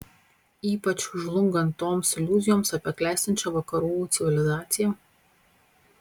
ypač žlungant toms iliuzijoms apie klestinčią vakarų civilizaciją